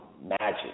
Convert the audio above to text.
magic